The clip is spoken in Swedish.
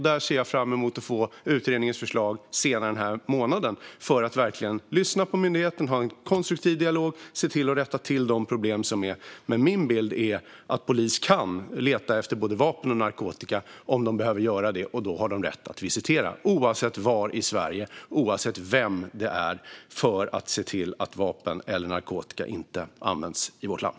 Jag ser fram emot att få utredningens förslag senare den här månaden för att verkligen kunna lyssna på myndigheten, ha en konstruktiv dialog och se till att rätta till de problem som finns. Min bild är dock att polisen kan leta efter både vapen och narkotika om de behöver göra det, och då har de rätt att visitera - oavsett var i Sverige det sker och oavsett vem det gäller - för att se till att vapen eller narkotika inte används i vårt land.